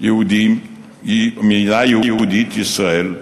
מדינה יהודית ישראל,